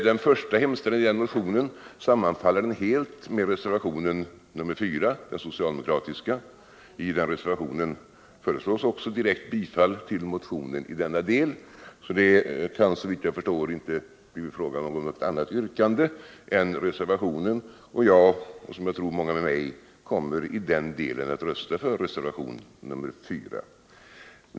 Den första hemställan i den motionen sammanfaller helt med reservationen 4, den socialdemokratiska. I den reservationen föreslås också direkt bifall till motionen i denna del. Det kan såvitt jag förstår inte bli fråga om något annat motförslag till utskottets förslag än reservationen. Jag och, som jag tror, många med mig kommer i den delen att rösta för reservationen 4.